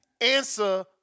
Answer